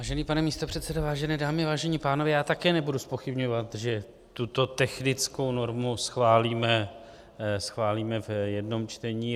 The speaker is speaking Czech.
Vážený pane místopředsedo, vážené dámy, vážení pánové, já také nebudu zpochybňovat, že tuto technickou normu schválíme v jednom čtení.